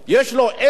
יש לו עסק